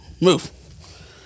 move